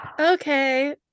okay